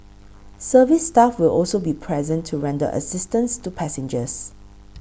service staff will also be present to render assistance to passengers